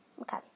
Okay